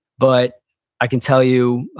but i can tell you,